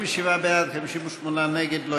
57 בעד, 58 נגד.